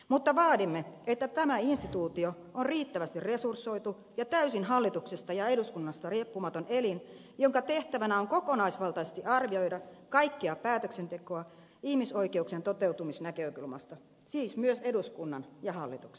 mutta vaadimme että tämä instituutio on riittävästi resursoitu ja täysin hallituksesta ja eduskunnasta riippumaton elin jonka tehtävänä on kokonaisvaltaisesti arvioida kaikkea päätöksentekoa ihmisoikeuksien toteutumisnäkökulmasta siis myös eduskunnan ja hallituksen